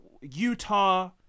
Utah